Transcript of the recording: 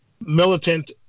militant